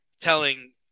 telling